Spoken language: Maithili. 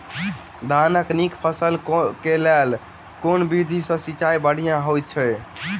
धानक नीक फसल केँ लेल केँ विधि सँ सिंचाई बढ़िया होइत अछि?